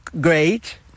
great